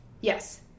Yes